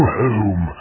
home